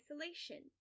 isolation